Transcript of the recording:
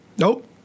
Nope